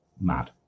mad